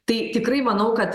tai tikrai manau kad